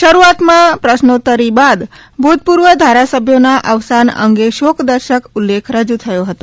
શરૂઆતમાં પ્રશ્નોત્તરી બાદ ભૂતપૂર્વ ધારાસભ્યોના અવસાન અંગે શોકદર્શક ઉલ્લેખ રજૂ થયો હતો